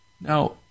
Now